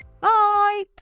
Bye